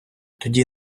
тоді